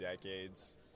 decades